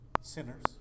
sinners